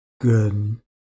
good